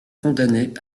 condamnée